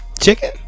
Chicken